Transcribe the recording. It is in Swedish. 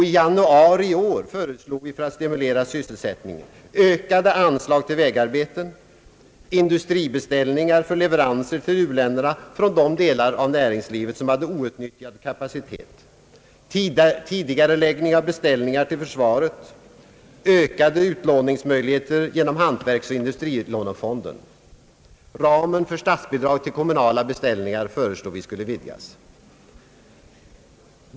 I januari i år föreslog vi för att stimulera sysselsättningen ökade anslag till vägarbeten, industribeställningar för leveranser till u-länderna från de delar av näringslivet som hade outnyttjad kapacitet, tidigareläggning av beställningar till försvaret, ökade utlåningsmöjligheter genom hantverksoch industrilånefonden. Ramen för statsbidrag till kommunala beställningar föreslog vi skulle vidgas.